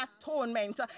atonement